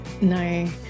no